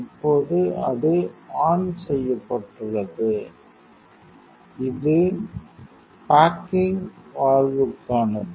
இப்போது அது ஆன் செய்யப்பட்டுள்ளது இது பேக்கிங் வால்வுக்கானது